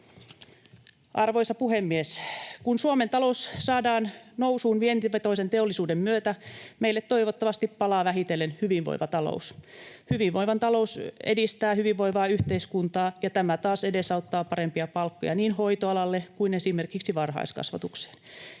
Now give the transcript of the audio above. Arvoisa puhemies! Kun Suomen talous saadaan nousuun vientivetoisen teollisuuden myötä, meille toivottavasti palaa vähitellen hyvinvoiva talous. Hyvinvoiva talous edistää hyvinvoivaa yhteiskuntaa, ja tämä taas edesauttaa parempia palkkoja niin hoitoalalle kuin esimerkiksi varhaiskasvatukseen.